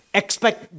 expect